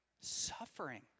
Suffering